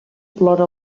plora